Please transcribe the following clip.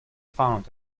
found